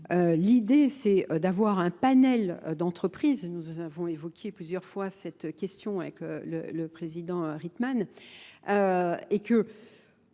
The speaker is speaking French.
l'idée c'est d'avoir un panel d'entreprises. Nous avons évoqué plusieurs fois cette question avec le président Ritman.